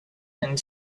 and